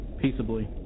peaceably